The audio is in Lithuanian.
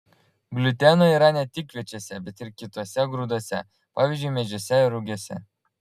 gliuteno yra ne tik kviečiuose bet ir kituose grūduose pavyzdžiui miežiuose ir rugiuose